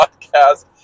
podcast